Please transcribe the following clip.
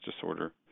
disorder